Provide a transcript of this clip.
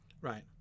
Right